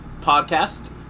podcast